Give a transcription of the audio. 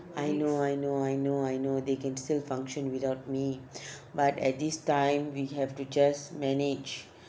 I know I know I know I know they can still function without me but at this time we have to just manage